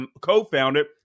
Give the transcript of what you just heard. co-founded